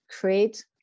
create